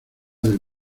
del